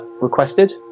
requested